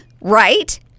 right